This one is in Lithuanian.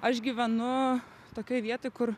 aš gyvenu tokioj vietoj kur